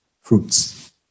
fruits